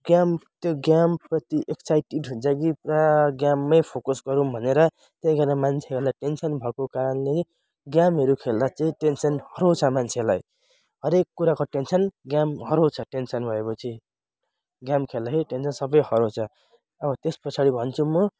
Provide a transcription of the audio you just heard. game त्यो गेमप्रति excited हुन्छ कि पुरा गेममै फोकस गरौँ भनेर त्यही कारण मान्छेहरूलाई टेन्सन भएको कारणले गेमहरू खेल्दा चाहिँ टेन्सन हराउँछ मान्छेलाई हरेक कुराको टेन्सन गेम हराउँछ टेन्सन भएपछि गेम खेल्दाखेरि टेन्सन सबै हराउँछ हौ त्यसपछाडि भन्छु म